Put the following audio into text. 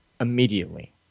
immediately